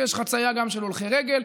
ויש גם חצייה של הולכי רגל,